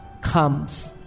comes